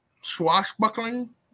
swashbuckling